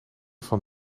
van